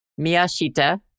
Miyashita